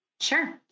Sure